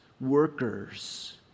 workers